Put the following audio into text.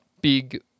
big